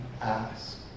ask